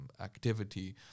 activity